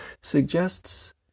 suggests